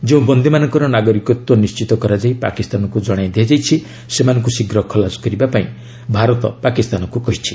ଯେଉଁ ବନ୍ଦୀ ମାନଙ୍କର ନାଗରିକତ୍ୱ ନିଶ୍ଚିତ କରାଯାଇ ପାକିସ୍ତାନକୁ ଜଣାଇ ଦିଆଯାଇଛି ସେମାନଙ୍କୁ ଶୀଘ୍ର ଖଲାସ କରିବା ପାଇଁ ଭାରତ ପାକିସ୍ତାନକୁ କହିଛି